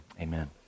Amen